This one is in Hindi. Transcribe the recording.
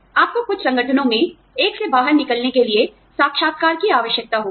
आपको कुछ संगठनों में एक से बाहर निकलने के लिए साक्षात्कार की आवश्यकता होगी